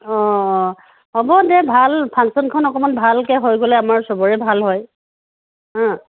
অঁ হ'ব দে ফাংচনখন অকণমান ভালকৈ হৈ গ'লে আমাৰ সবৰে ভাল হয় হা